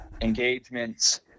engagements